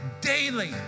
daily